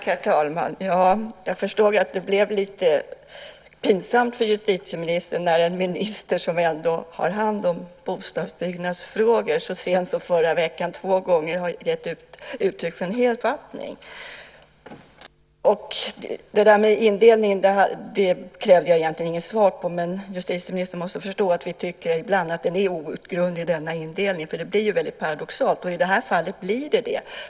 Herr talman! Jag förstår att det blev lite pinsamt för justitieministern när den minister som ändå har hand om bostadsbyggnadsfrågor så sent som i förra veckan två gånger har givit uttryck för en helt annan uppfattning. Det där med indelningen kräver jag egentligen inget svar på, men justitieministern måste förstå att vi ibland tycker att denna indelning är outgrundlig. Det blir ju väldigt paradoxalt. I det här fallet blir det så.